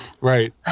Right